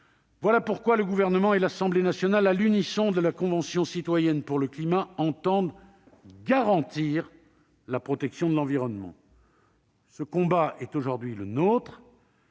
Voilà pourquoi le Gouvernement et l'Assemblée nationale, à l'unisson de la Convention citoyenne pour le climat, entendent garantir la protection de l'environnement. Ce combat est aujourd'hui le nôtre,